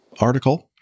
article